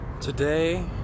Today